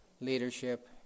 leadership